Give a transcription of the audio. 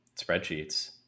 spreadsheets